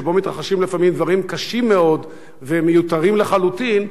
שבהם מתרחשים לפעמים דברים קשים מאוד ומיותרים לחלוטין,